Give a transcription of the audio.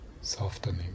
softening